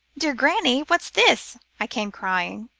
dear granny, what's this? i came, crying,